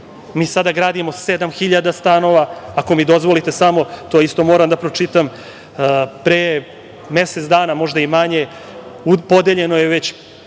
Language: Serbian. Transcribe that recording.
Mi sada gradimo 7.000 stanova. Ako mi dozvolite samo, to isto moram da pročitam. Pre mesec dana, možda i manje, podeljeno je već